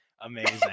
Amazing